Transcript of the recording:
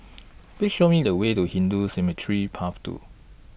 Please Show Me The Way to Hindu Cemetery Path two